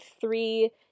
three